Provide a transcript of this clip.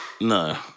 No